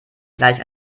gleich